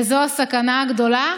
וזו הסכנה הגדולה,